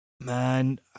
man